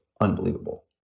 unbelievable